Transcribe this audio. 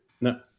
no